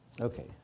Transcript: Okay